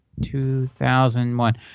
2001